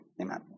Amen